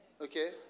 Okay